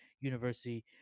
university